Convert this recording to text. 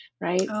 right